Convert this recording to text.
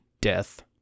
death